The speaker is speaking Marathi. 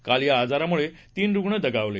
काल या आजारामुळे तीन रूग्ण दगावले